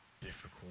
difficult